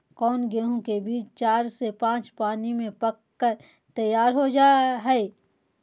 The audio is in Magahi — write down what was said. कौन गेंहू के बीज चार से पाँच पानी में पक कर तैयार हो जा हाय?